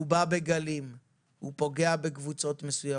הוא בא בגלים והוא פוגע בקבוצות מסוימות.